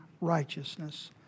righteousness